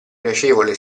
piacevole